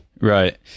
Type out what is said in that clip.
Right